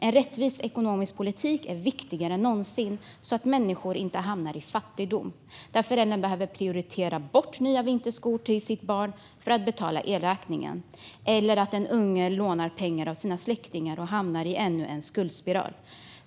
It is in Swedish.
En rättvis ekonomisk politik är viktigare än någonsin så att människor inte hamnar i fattigdom. Det handlar om att en förälder behöver prioritera bort nya vinterskor till sitt barn för att betala elräkningen eller att den unge lånar pengar av sina släktingar och hamnar i ännu en skuldspiral.